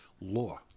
law